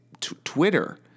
Twitter